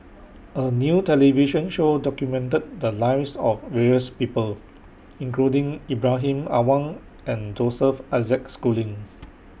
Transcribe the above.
A New television Show documented The Lives of various People including Ibrahim Awang and Joseph Isaac Schooling